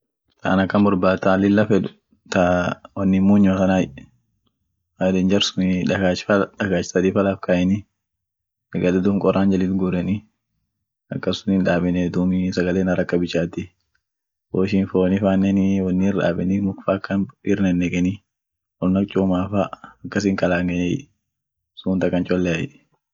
taan akan borbaad taan lila fed, taa woni muunyoa tanai taa dakaach sadi paangeni duum koraan jaliit guureni, akas suniin daabenii dumii, sagalen haraka bichaati woishin foonifaanen muk fa akan bir nenekeni won ak chuumaafa akasiin kalaangenie, suunt akan choleai